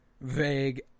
Vague